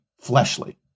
fleshly